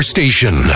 Station